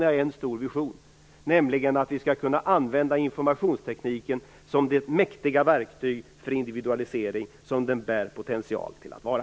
Jag har en stor vision, nämligen att vi skall kunna använda informationstekniken som det mäktiga verktyg för individualisering som den har potential för att vara.